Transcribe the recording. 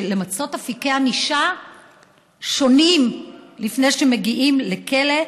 למצות אפיקי ענישה שונים לפני שמגיעים לכלא.